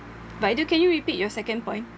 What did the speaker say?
vaidhu can you repeat your second point